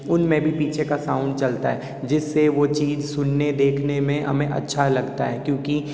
उनमें भी पीछे का साउंड चलता है जिससे वो चीज़ सुनने देखने में हमें अच्छा लगता है क्योंकि